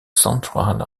central